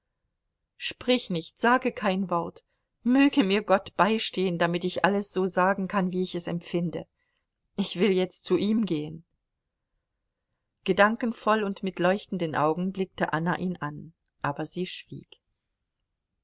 sprich nicht sage kein wort möge mir gott beistehen damit ich alles so sagen kann wie ich es empfinde ich will jetzt zu ihm gehen gedankenvoll und mit leuchtenden augen blickte anna ihn an aber sie schwieg